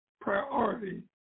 priority